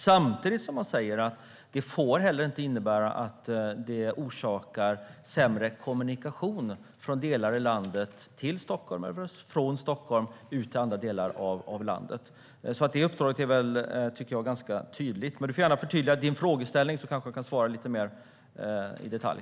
Samtidigt säger man att det inte får innebära sämre kommunikation mellan delar av landet och Stockholm. Jag tycker att det uppdraget är ganska tydligt. Men du får gärna förtydliga din frågeställning. Då kanske jag kan svara lite mer i detalj.